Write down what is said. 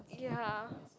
ya